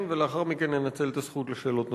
ולאחר מכן אנצל את הזכות לשאלות נוספות.